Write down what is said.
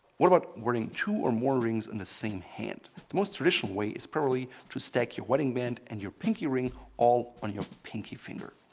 what about wearing two or more rings in and the same hand? the most traditional way is probably to stack your wedding band and your pinky ring all on your pinky finger.